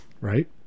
Right